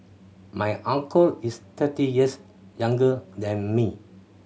my uncle is thirty years younger than me